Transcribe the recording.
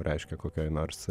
reiškia kokioj nors